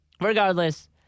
regardless